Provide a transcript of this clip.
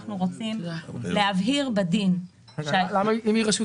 אנחנו רוצים להבהיר בדין --- אם היא רשות